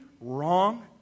wrong